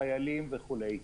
לחיילים וכו'.